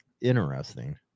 interesting